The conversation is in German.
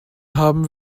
haben